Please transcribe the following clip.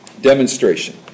demonstration